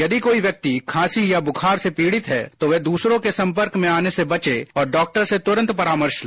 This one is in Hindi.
यदि कोई व्यक्ति खांसी या बुखार से पीड़ित है तो वह दूसरों के संपर्कमें आने से बचे और तुरंत डॉक्टर से परामर्श ले